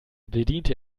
bediente